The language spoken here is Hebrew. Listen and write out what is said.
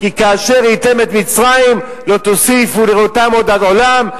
כי כאשר ראיתם את מצרים היום לא תוסיפו לראותם עוד עד עולם.